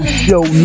show